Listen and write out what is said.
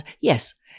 Yes